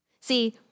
See